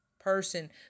person